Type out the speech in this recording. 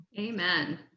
Amen